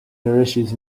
nourishes